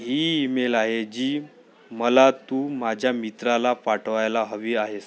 ही email आहे जी मला तू माझ्या मित्राला पाठवायला हवी आहेस